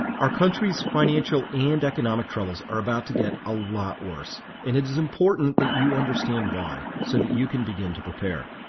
our country's financial and economic troubles are about to get a lot worse, and it is important that you understand why so that you can begin to prepare.